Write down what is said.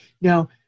now